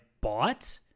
bought